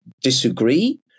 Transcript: disagree